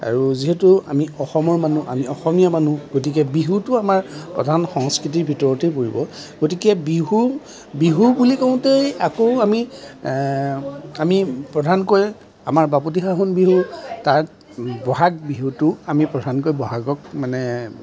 আৰু যিহেতু আমি অসমৰ মানুহ আমি অসমীয়া মানুহ গতিকে বিহুটো আমাৰ প্ৰধান সংস্কৃতিৰ ভিতৰতেই পৰিব গতিকে বিহু বিহু বুলি কওঁতেই আকৌ আমি আমি প্ৰধানকৈ আমাৰ বাপুতি সাহোন বিহু তাত বহাগ বিহুটো আমি প্ৰধানকৈ বহাগক মানে